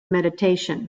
meditation